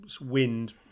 wind